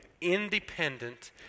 independent